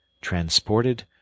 transported